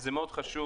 זה מאוד חשוב.